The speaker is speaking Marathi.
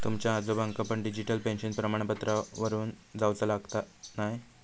तुमच्या आजोबांका पण डिजिटल पेन्शन प्रमाणपत्रावरून जाउचा लागाचा न्हाय